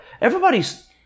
everybody's